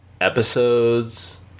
episodes